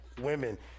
women